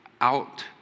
out